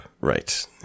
Right